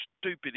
stupid